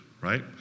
right